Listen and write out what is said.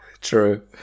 True